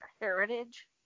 Heritage